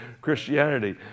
Christianity